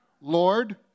Lord